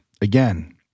again